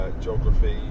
geography